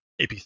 AP